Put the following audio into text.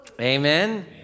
Amen